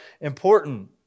important